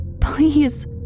please